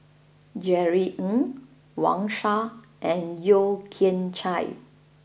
Jerry Ng Wang Sha and Yeo Kian Chai